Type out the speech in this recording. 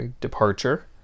departure